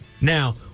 now